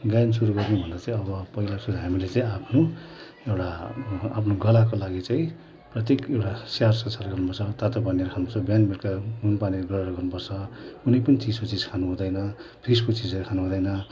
गायन सुरु गर्नुभन्दा चाहिँ अब पहिला चाहिँ हामीले चाहिँ आफ्नो एउटा आफ्नो गलाको लागि चाहिँ प्रत्येक एउटा स्याहारसुसार गर्नुपर्छ तातो पानी खानुपर्छ बिहान बेलुका नुनपानीले गरर गर्नुपर्छ कुनै पनि चिसो चिज खानुहुँदैन फ्रिजको चिजहरू खानुहुँदैन